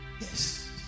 Yes